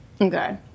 Okay